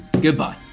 Goodbye